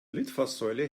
litfaßsäule